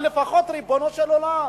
אבל לפחות, ריבונו של עולם,